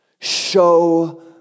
Show